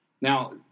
now